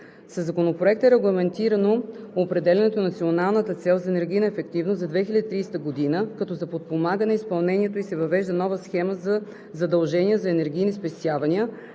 Със Законопроекта е регламентирано определянето на националната цел за енергийна ефективност за 2030 г., като за подпомагане изпълнението ѝ се въвежда нова схема за задължения за енергийни спестявания,